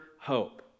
hope